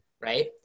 right